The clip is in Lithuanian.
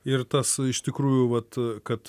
ir tas iš tikrųjų vat kad